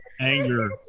anger